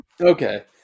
Okay